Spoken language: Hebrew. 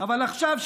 אבל עכשיו,